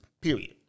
Period